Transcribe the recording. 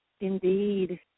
indeed